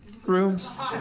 rooms